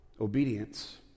Obedience